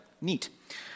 Neat